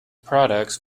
products